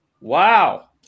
Wow